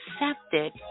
accepted